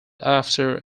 after